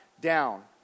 down